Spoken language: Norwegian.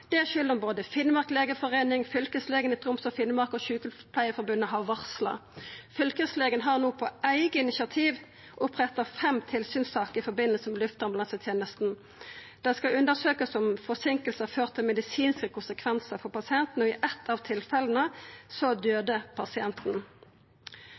om både Finnmark legeforening, Fylkeslegen i Troms og Finnmark og Sjukepleiarforbundet har varsla. Fylkeslegen har no på eige initiativ oppretta fem tilsynssaker i forbindelse med luftambulansetenesta. Det skal undersøkjast om forseinkingar har ført til medisinske konsekvensar for pasientar. I eit av tilfella